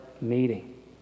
meeting